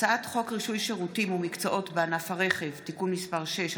הצעת חוק רישוי שירותים ומקצועות בענף הרכב (תיקון מס' 6),